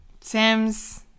Sam's